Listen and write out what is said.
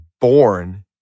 born